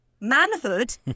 manhood